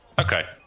Okay